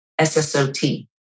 SSOT